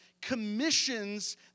commissions